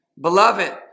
beloved